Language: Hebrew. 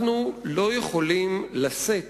אנחנו לא יכולים לשאת